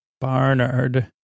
Barnard